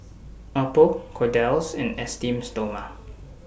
Oppo Kordel's and Esteem Stoma